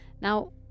Now